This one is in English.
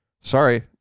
sorry